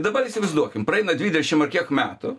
dabar įsivaizduokim praeina dvidešim ar kiek metų